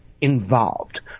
involved